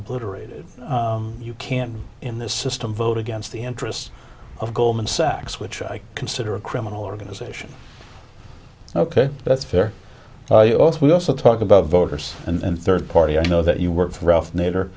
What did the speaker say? obliterated you can in this system vote against the interests of goldman sachs which i consider a criminal organization ok that's fair also we also talk about voters and third party i know that you were ralph nader